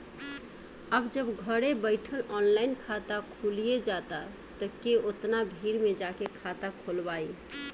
अब जब घरे बइठल ऑनलाइन खाता खुलिये जाता त के ओतना भीड़ में जाके खाता खोलवाइ